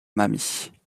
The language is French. mamie